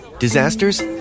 Disasters